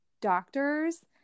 doctors